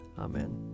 Amen